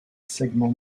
segment